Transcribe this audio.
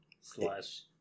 slash